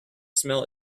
smell